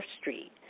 Street